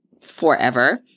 forever